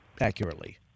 accurately